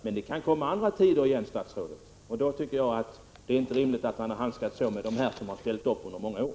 Men det kan komma andra tider, statsrådet, och då tycker jag att det inte är rimligt att man handskas så här med dem som ställt upp under många år.